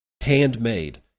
handmade